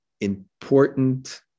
important